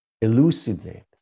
elucidate